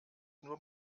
nur